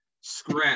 scratch